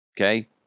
okay